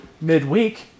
midweek